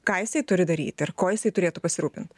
ką jisai turi daryt ir kuo jisai turėtų pasirūpint